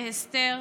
בהסתר,